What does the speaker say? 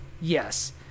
yes